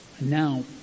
Now